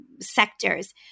sectors